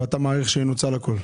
ואתה מעריך שינוצל הכול?